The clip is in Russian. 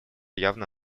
явно